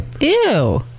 Ew